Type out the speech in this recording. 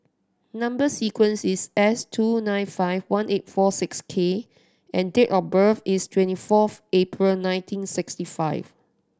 number sequence is S two nine five one eight four six K and date of birth is twenty fourth April nineteen sixty five